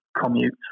commute